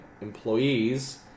employees